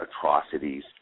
atrocities